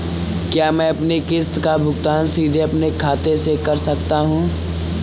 क्या मैं अपनी किश्त का भुगतान सीधे अपने खाते से कर सकता हूँ?